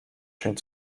schön